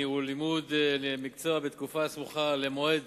או לימודי מקצוע בתקופה הסמוכה למועד